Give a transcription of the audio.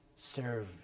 serve